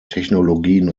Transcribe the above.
technologien